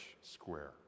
square